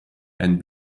and